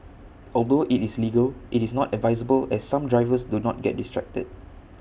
although IT is legal IT is not advisable as some drivers do get distracted